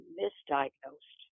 misdiagnosed